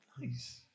Nice